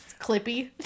clippy